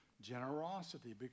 generosity